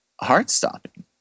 heart-stopping